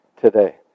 today